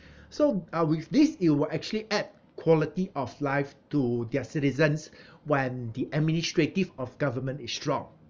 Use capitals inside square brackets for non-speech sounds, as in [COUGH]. so uh with this you will actually add quality of life to their citizens [BREATH] when the administrative of government is strong